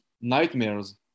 nightmares